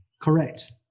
Correct